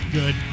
good